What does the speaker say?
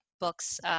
books